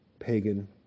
Pagan